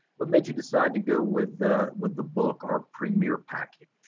what made you decide to go with the with the book, our premier package?